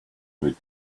would